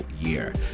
year